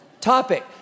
topic